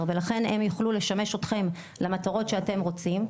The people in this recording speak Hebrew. ולכן הם יוכלו לשמש אתכם למטרות שאתם רוצים,